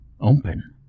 open